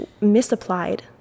misapplied